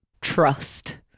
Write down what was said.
trust